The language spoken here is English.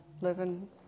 living